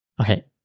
Okay